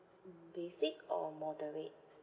basic or moderate